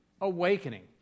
Awakening